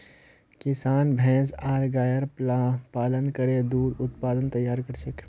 किसान भैंस आर गायर पालन करे दूध उत्पाद तैयार कर छेक